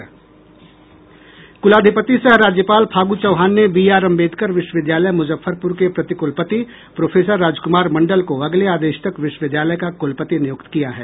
कुलाधिपति सह राज्यपाल फागू चौहान ने बी आर अम्बेडकर विश्वविद्यालय मुजफ्फरपुर के प्रतिकुलपति प्रोफेसर राजकुमार मंडल को अगले आदेश तक विश्वविद्यालय का कुलपति नियुक्त किया है